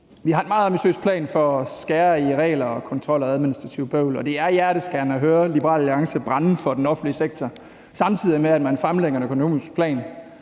Vi har en meget ambitiøs plan for at skære i regler, kontrol og administrativt bøvl, og det er hjerteskærende at høre Liberal Alliance brænde for den offentlige sektor, samtidig med at man fremlægger en økonomisk plan,